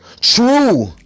true